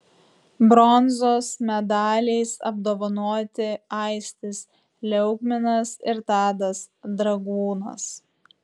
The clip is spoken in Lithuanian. bronzos medaliais apdovanoti aistis liaugminas ir tadas dragūnas